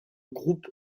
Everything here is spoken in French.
groupe